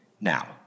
Now